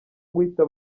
guhita